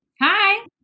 Hi